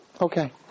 okay